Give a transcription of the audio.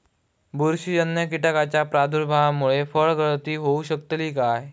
बुरशीजन्य कीटकाच्या प्रादुर्भावामूळे फळगळती होऊ शकतली काय?